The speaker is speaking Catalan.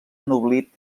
ennoblit